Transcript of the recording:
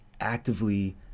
actively